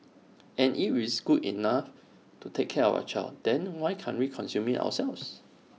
and if it's good enough to take care of our child then why can't we consume IT ourselves